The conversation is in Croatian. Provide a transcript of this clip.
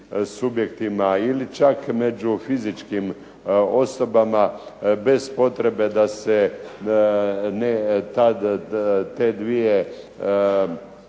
subjektima ili čak među fizičkim osobama bez potrebe da se te dvije